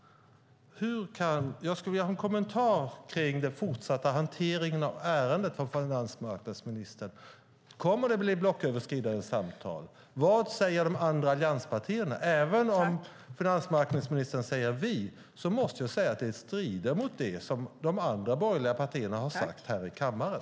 Jag skulle vilja ha en kommentar från finansmarknadsministern om den fortsatta hanteringen av ärendet. Kommer det att bli blocköverskridande samtal? Vad säger de andra allianspartierna? Även om finansmarknadsministern säger "vi" strider det mot det som de andra borgerliga partierna har sagt här i kammaren.